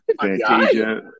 Fantasia